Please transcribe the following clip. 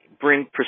bring